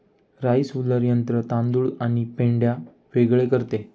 rice huller यंत्र तांदूळ आणि पेंढा वेगळे करते